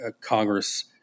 Congress